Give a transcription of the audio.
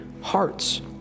hearts